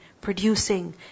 producing